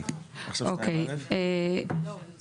כן, עכשיו 2 ד'.